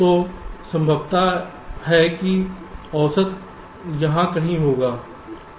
तो संभव है कि औसत यहां कहीं होगा